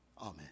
Amen